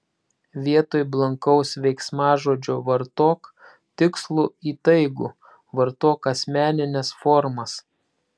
vietoj blankaus veiksmažodžio vartok tikslų įtaigų vartok asmenines formas